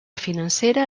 financera